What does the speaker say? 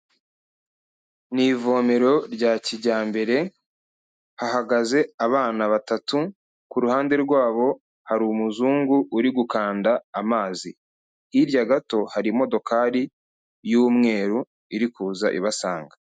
Ni ivomero rya kijyambere, hahagaze abana batatu, ku ruhande rw'abo hari umuzungu uri gukanda amazi, hirya gato hari imodokari y'umweru iri kuza ibasanga.